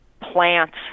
plants